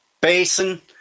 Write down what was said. Basin